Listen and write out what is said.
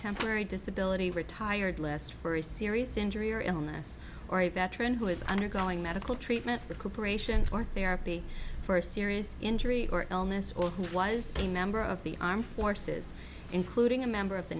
temporary disability retired list for a serious injury or illness or a veteran who is undergoing medical treatment recuperation for therapy for a serious injury or illness or who was a member of the armed forces including a member of the